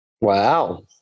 wow